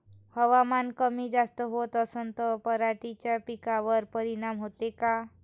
हवामान कमी जास्त होत असन त पराटीच्या पिकावर परिनाम होते का?